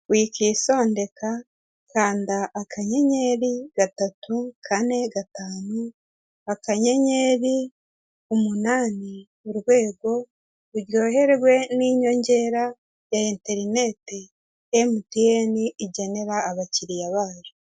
Wikisondeka kanda akanyenyeri gatatu, kane, gatanu, akanyenyeri umunani urwego. Uryoherwe n'inyongera ya interineti Emutiyene igenera abakiriya bayo.